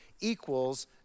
equals